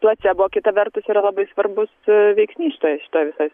placebo kita vertus yra labai svarbus veiksnys šitoj šitoj visoj